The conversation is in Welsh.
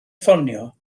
ffonio